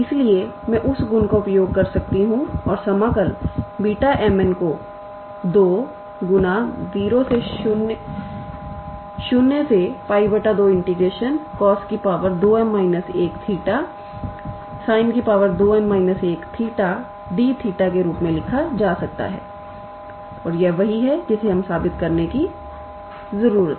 इसलिए मैं उस गुण का उपयोग कर सकती हूं और समाकल Β𝑚 𝑛 को 20𝜋 2 𝑐𝑜𝑠2𝑚−1𝜃𝑠𝑖𝑛2𝑛−1𝜃 𝑑𝜃 के रूप में लिखा जा सकता है और यह वही है जिसे हमें साबित करने की जरूरत है